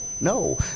no